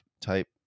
type